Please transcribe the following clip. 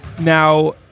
Now